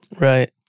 Right